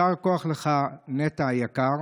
יישר כוח לך, נטע היקר.